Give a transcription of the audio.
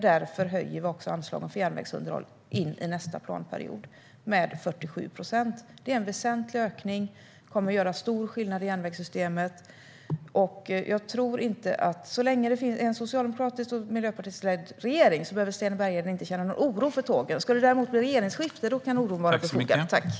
Därför höjer vi också anslagen för järnvägsunderhåll in i nästa planperiod med 47 procent. Det är en väsentlig ökning som kommer att göra stor skillnad i järnvägssystemet. Så länge det är en socialdemokratiskt och miljöpartistiskt ledd regering behöver Sten Bergheden inte känna någon oro för tågen. Skulle det däremot bli regeringsskifte kan oron vara befogad.